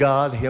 God